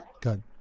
good